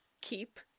keep